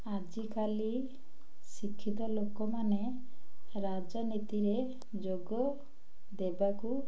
ଆଜିକାଲି ଶିକ୍ଷିତ ଲୋକମାନେ ରାଜନୀତିରେ ଯୋଗ ଦେବାକୁ